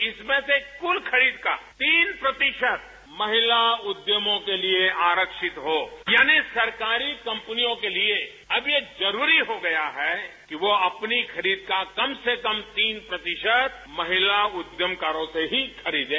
इसमें से कुल खरीद का तीन प्रतिशत महिला उद्यमों के लिए आरक्षित हो यानी सरकारी कंपनियों के लिए अब यह जरूरी हो गया है कि वह अपनी खरीद का कम से कम तीन प्रतिशत महिला उद्यमकारों से ही खरीदें